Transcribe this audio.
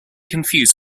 confused